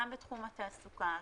גם בתחום התעסוקה,